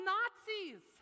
Nazis